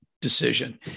decision